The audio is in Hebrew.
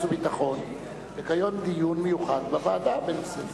והביטחון לקיים דיון מיוחד בוועדה בנושא זה.